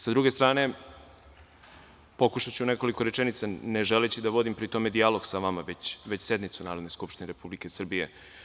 Sa druge strane, pokušaću u nekoliko rečenica, ne želeći da pri tome vodim dijalog sa vama, već sednicu Narode skupštine Republike Srbije.